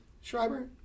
Schreiber